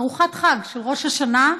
ארוחת חג של ראש השנה,